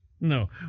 No